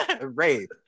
rape